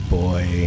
boy